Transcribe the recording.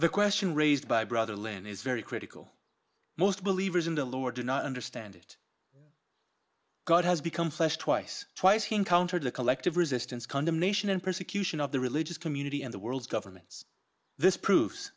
the question raised by brother lin is very critical most believers in the lord do not understand it god has become flesh twice twice he encountered a collective resistance condemnation and persecution of the religious community and the world's governments this proves